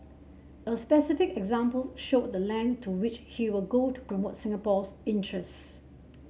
a specific example showed the length to which he will go to promote Singapore's interests